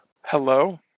Hello